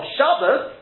Shabbos